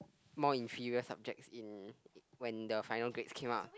more inferior subjects in in when the final grades came out